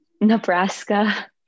Nebraska